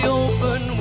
open